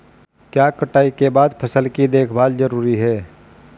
क्या कटाई के बाद फसल की देखभाल जरूरी है?